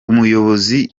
umuyobozi